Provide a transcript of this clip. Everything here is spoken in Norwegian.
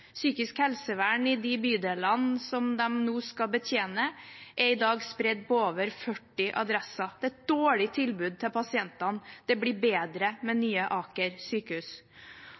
Psykisk helsevern i de bydelene som de nå skal betjene, er i dag spredt på over 40 adresser. Det er et dårlig tilbud til pasientene. Det blir bedre med nye Aker sykehus.